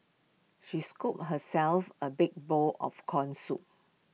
she scooped herself A big bowl of Corn Soup